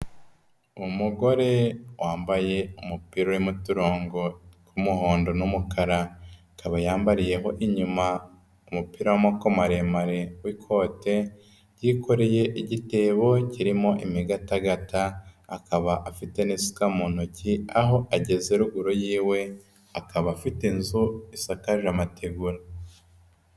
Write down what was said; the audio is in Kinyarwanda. Umugore wambaye umupira urimo uturongo tw'umuhondo n'umukara. Akaba yambariyeho inyuma umupira w'amaboko maremare w'ikote, yikoreye igitebo kirimo imigatagata, akaba afite n'isuka mu ntoki, aho ageze ruguru yiwe, akaba afite inzu isakaje amategura.